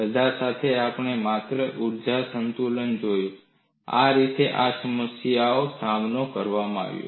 બધા સાથે આપણે માત્ર ઊર્જા સંતુલન જોયું છે આ રીતે આ સમસ્યાનો સામનો કરવામાં આવ્યો